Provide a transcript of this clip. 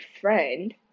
friend